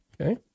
Okay